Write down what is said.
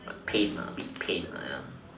pain ah bit pain ah ya